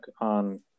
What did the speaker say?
on